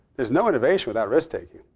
there's no innovation without risk taking.